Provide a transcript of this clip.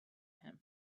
him